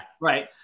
Right